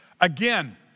Again